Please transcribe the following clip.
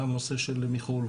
גם בנושא של מיחול,